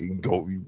go